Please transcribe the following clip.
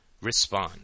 respond